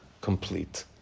complete